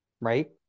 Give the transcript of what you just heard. right